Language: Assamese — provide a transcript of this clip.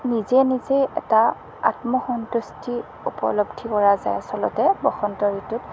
নিজে নিজে এটা আত্মসন্তুষ্টি উপলব্ধি কৰা যায় আচলতে বসন্ত ঋতুত